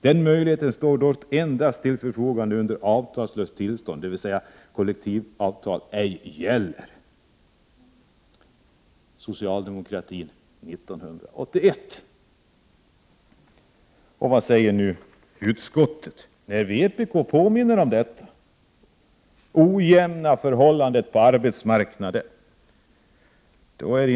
Den möjligheten står dock till förfogande endast under avtalslöst tillstånd, dvs. då kollektivavtal ej gäller. Så skrev socialdemokratin 1981. Vad säger nu utskottet när vpk påminner om de ojämna förhållandena på arbetsmarknaden?